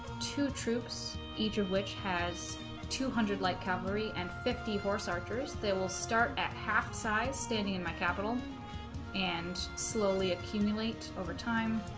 two troops each of which has two hundred light cavalry and fifty horse archers they will start at half size standing in my capital and slowly accumulate over time